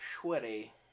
sweaty